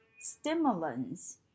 stimulants